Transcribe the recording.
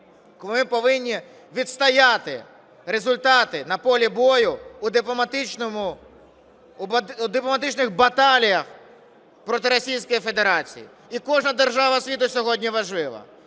коли ми повинні відстояти результати на полі бою у дипломатичних баталіях проти Російської Федерації, і кожна держава світу сьогодні важлива.